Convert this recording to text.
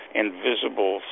invisible